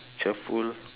cheerful